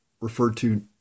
referred-to